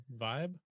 vibe